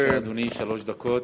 בבקשה, אדוני, שלוש דקות.